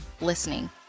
listening